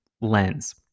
lens